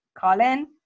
Colin